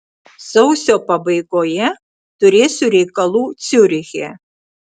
sausio pabaigoje turėsiu reikalų ciuriche